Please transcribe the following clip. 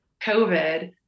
COVID